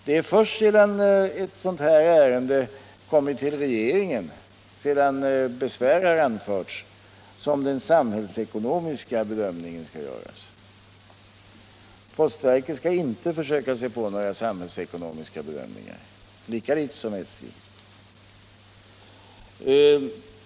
Det är först sedan ett sådant här ärende efter besvär har kommit till regeringen som den samhällsekonomiska bedömningen skall göras. Postverket skall inte försöka sig på några samhällsekonomiska bedömningar — det skall f. ö. inte heller SJ.